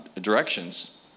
directions